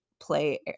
play